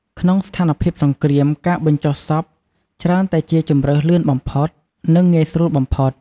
ក្នុងស្ថានភាពសង្គ្រាម ការបញ្ចុះសពច្រើនតែជាជម្រើសលឿនបំផុត និងងាយស្រួលបំផុត។